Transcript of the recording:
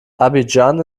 abidjan